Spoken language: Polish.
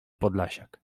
podlasiak